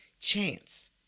chance